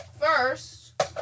first